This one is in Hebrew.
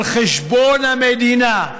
על חשבון המדינה,